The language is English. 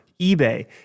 eBay